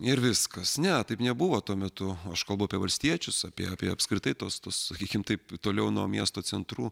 ir viskas ne taip nebuvo tuo metu aš kalbu apie valstiečius apie apie apskritai tuos tuos sakykim taip toliau nuo miesto centrų